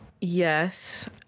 Yes